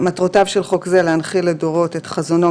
1. "מטרותיו של חוק זה להנחיל לדורות את חזונו,